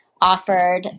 offered